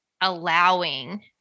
allowing